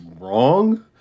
wrong